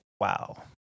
wow